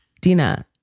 Dina